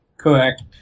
Correct